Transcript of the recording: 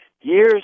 Years